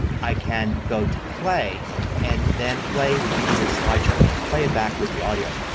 i can go to play and then play recorded slide show. it will play it back with the audio.